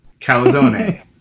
Calzone